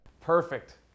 perfect